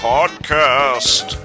Podcast